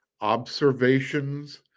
observations